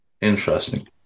Interesting